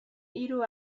hiru